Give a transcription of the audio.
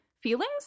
feelings